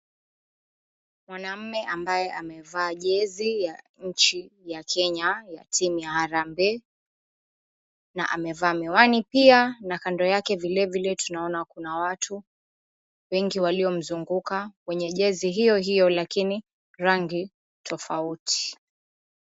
Mwanaume ambaye amevaa jezi ya nchi ya Kenya ya timu ya Harambee, na amevaa miwani pia na kando yake vilevile tunaona kuna watu wengi waliomzunguka wenye jezi hiyo hiyo lakini rangi tofauti.